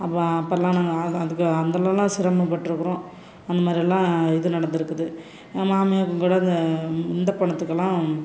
அப்போ அப்போலாம் நாங்கள் அதான் அதுக்கு அந்த அளவுலாம் சிரமப்பட்ருக்கிறோம் அந்த மாதிரியெல்லாம் இது நடந்திருக்குது எங்கள் மாமியாருக்கும் கூட அந்த இந்த பணத்துக்கெல்லாம்